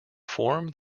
form